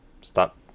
Stop